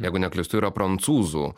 jeigu neklystu yra prancūzų